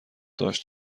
داشت